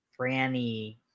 Franny